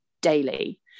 daily